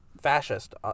fascist